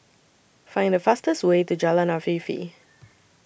Find The fastest Way to Jalan Afifi